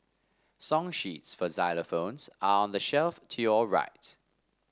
song sheets for xylophones are on the shelf to your right